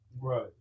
Right